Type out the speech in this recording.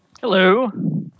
Hello